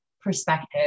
perspective